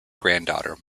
granddaughter